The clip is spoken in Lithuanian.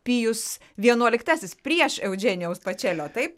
pijus vienuoliktasis prieš eudženijaus pačelio taip